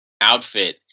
outfit